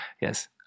yes